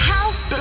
House